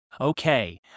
Okay